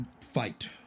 fight